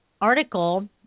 article